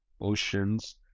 oceans